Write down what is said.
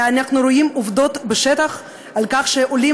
ואנחנו רואים עובדות בשטח למשל על כך שעולים